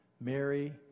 Mary